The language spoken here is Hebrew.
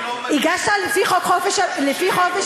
הגשת לפי חוק חופש המידע